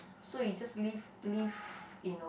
so you just live live you know